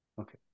Okay